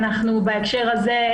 בהקשר הזה,